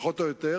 פחות או יותר,